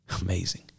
Amazing